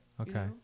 Okay